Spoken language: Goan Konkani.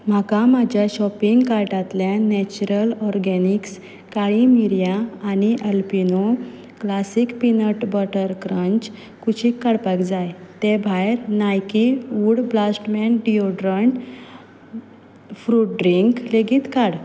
म्हाका म्हाज्या शॉपींग काटातल्यान नॅचरल ऑरगॅनिक्स काळीं मिरयां आनी Alpino classic peanut butter crunch कुशीक काडपाक जाय ते भायर Nike wood blast man deodorant fruit drink लेगीत काड